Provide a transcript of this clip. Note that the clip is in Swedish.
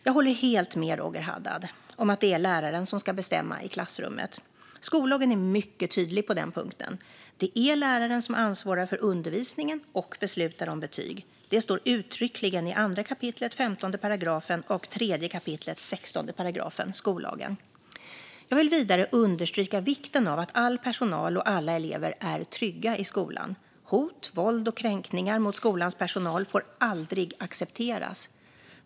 Jag håller helt med Roger Haddad om att det är läraren som ska bestämma i klassrummet. Skollagen är mycket tydlig på den punkten. Det är läraren som ansvarar för undervisningen och beslutar om betyg. Det står uttryckligen i 2 kap. 15 § och 3 kap. 16 § skollagen. Jag vill vidare understryka vikten av att all personal och alla elever är trygga i skolan. Hot, våld och kränkningar mot skolans personal får aldrig accepteras.